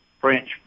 French